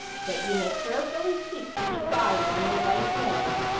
that ye may prayerfully seek to be guided in the right way,